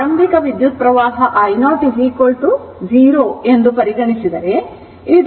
ಆರಂಭಿಕ ವಿದ್ಯುತ್ಪ್ರವಾಹ i0 0 ಎಂದು ಪರಿಗಣಿಸಿದರೆ ಇದು ಸಮೀಕರಣ 76 ಆಗುತ್ತದೆ